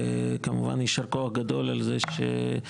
וכמובן יישר כוח גדול על זה שהחלטת,